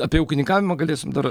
apie ūkininkavimą galėsim dar